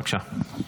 בבקשה.